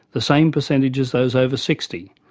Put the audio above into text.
the same percentage as those over sixty,